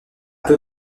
peu